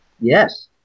Yes